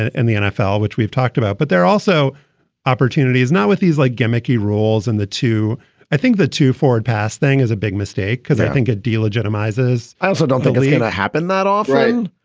and the nfl, which we've talked about. but there are also opportunities now with these like gimmicky rules. and the two i think the two forward pass thing is a big mistake because i think at de-legitimise, as i also don't think it's going to happen that often,